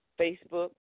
Facebook